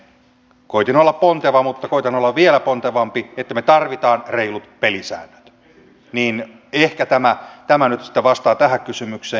ja kun vastasin tuossa äsken koetin olla ponteva mutta koetan olla vielä pontevampi että me tarvitsemme reilut pelisäännöt niin ehkä tämä nyt sitten vastaa tähän kysymykseen